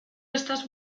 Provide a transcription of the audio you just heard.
estas